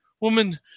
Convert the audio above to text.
woman